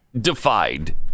defied